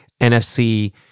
NFC